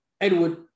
Edward